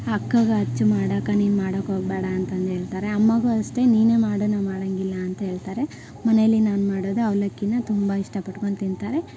ಅಕ್ಕನಿಗೆ ಹಚ್ಚು ಮಾಡೋಕೆ ನೀನು ಮಾಡೋಕ್ ಹೋಗಬೇಡ ಅಂತಂದು ಹೇಳ್ತಾರೆ ಅಮ್ಮನಿಗು ಅಷ್ಟೆ ನೀನೇ ಮಾಡು ನಾ ಮಾಡೋಂಗಿಲ್ಲ ಅಂತೇಳ್ತಾರೆ ಮನೇಲಿ ನಾನು ಮಾಡೋದು ಅವ್ಲಕ್ಕಿಯನ ತುಂಬ ಇಷ್ಟಪಡ್ಕೊಂಡಡು ತಿಂತಾರೆ